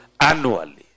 annually